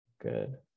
good